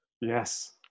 Yes